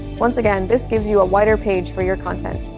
once again, this gives you a wider page for your content.